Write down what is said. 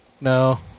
No